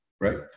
right